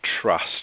Trust